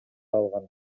алган